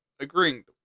Agreeing